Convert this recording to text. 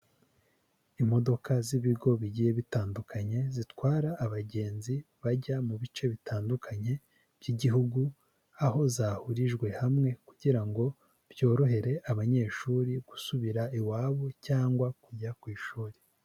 Imodoka z'ibigo bigiye bitandukanye zitwara abagenzi bajya mu bice bitandukanye by'igihugu, aho zahurijwe hamwe kugira ngo byorohere abanyeshuri gusubira iwabo cyangwa kujya ku ishuri.